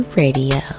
radio